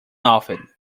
often